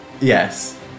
Yes